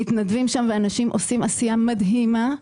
המתנדבים והאנשים עושים עשייה מדהימה,